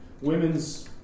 Women's